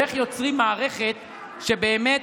ואיך יוצרים מערכת שבאמת